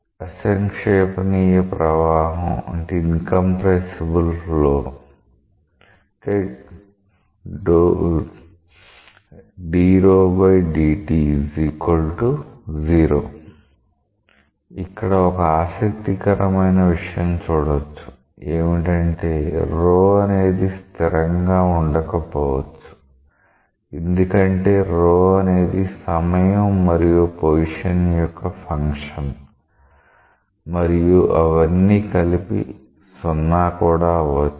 అసంక్షేపనీయ ప్రవాహం ఇక్కడ ఒక ఆసక్తికరమైన విషయం చూడొచ్చు ఏమిటంటే ρ అనేది స్థిరంగా ఉండకపోవచ్చు ఎందుకంటే ρ అనేది సమయం మరియు పొజిషన్ యొక్క ఫంక్షన్ మరియు అవన్నీ కలిపి 0 కూడా అవ్వచ్చు